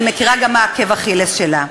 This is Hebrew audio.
אני מכירה גם מה עקב אכילס שלה: